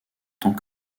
tant